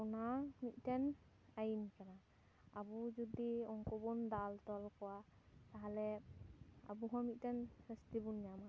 ᱚᱱᱟ ᱢᱤᱫᱴᱮᱱ ᱟᱹᱭᱤᱱ ᱠᱟᱱᱟ ᱟᱵᱚ ᱡᱩᱫᱤ ᱩᱱᱠᱩ ᱵᱚᱱ ᱫᱟᱞ ᱛᱚᱞ ᱠᱚᱣᱟ ᱛᱟᱦᱚᱞᱮ ᱟᱵᱚ ᱦᱚᱸ ᱢᱤᱫᱴᱮᱱ ᱥᱟᱹᱥᱛᱤ ᱵᱚᱱ ᱧᱟᱢᱟ